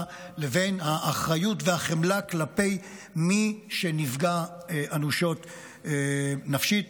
לבין האחריות והחמלה כלפי מי שנפגע אנושות נפשית,